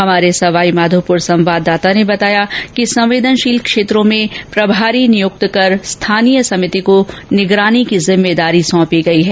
हमारे सवाईमाधोपुर संवाददाता ने बताया कि संवेदनशील क्षेत्रों में प्रभारी नियुक्त कर स्थानीय समिति को निगरानी की जिम्मेदारी सौंपी गई है